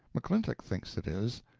mcclintock thinks it is